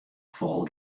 fol